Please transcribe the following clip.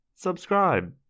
Subscribe